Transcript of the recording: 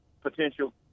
potential